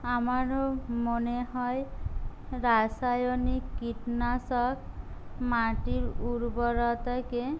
আমারও মনে হয় রাসায়নিক কীটনাশক মাটির উর্বরতাকে